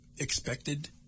Expected